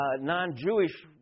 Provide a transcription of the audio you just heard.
non-Jewish